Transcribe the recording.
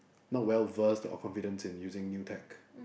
not well versed or confident in using new tech